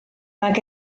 nag